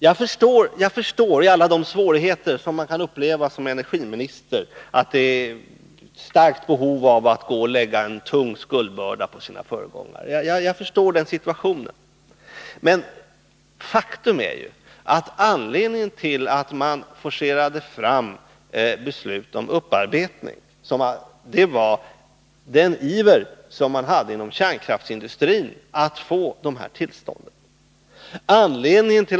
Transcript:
Jag förstår att man, i alla de svårigheter som man kan uppleva som energiminister, har ett starkt behov av att lägga en tung skuldbörda på sina föregångare. Men faktum är att anledningen till att beslut om upparbetning forcerades fram var kärnkraftsindustrins iver att få dessa tillstånd.